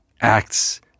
acts